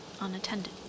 unattended